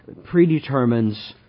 predetermines